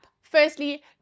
Firstly